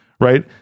right